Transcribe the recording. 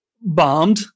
bombed